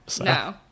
No